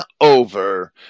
over